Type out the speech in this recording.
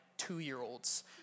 two-year-olds